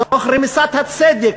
תוך רמיסת הצדק,